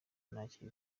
ntacyo